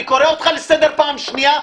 אני קורא אותך לסדר פעם שנייה,